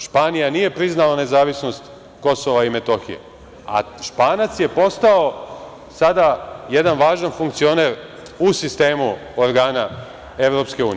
Španija nije priznala nezavisnost Kosova i Metohije, a Španac je postao sada jedan važan funkcioner u sistemu organa EU.